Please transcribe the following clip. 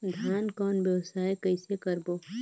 धान कौन व्यवसाय कइसे करबो?